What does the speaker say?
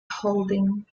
holding